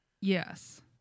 Yes